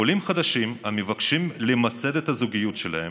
"עולים חדשים המבקשים למסד את הזוגיות שלהם,